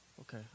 Okay